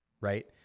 Right